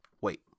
wait